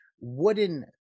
wooden